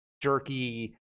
jerky